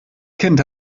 kind